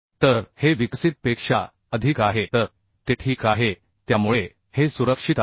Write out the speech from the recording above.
तर हे विकसित पेक्षा अधिक आहे तर ते ठीक आहे त्यामुळे हे सुरक्षित आहे